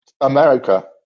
America